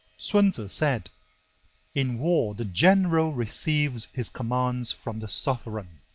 sun tzu said in war, the general receives his commands from the sovereign.